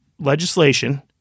legislation